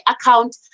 account